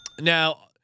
Now